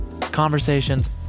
Conversations